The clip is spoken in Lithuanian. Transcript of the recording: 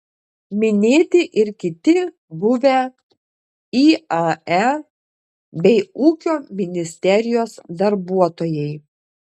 minėti ir kiti buvę iae bei ūkio ministerijos darbuotojai